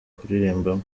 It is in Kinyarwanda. kuririmbamo